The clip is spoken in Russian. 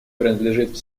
принадлежит